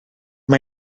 mae